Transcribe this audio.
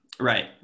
Right